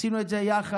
עשינו את זה יחד,